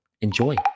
Enjoy